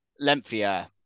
Lengthier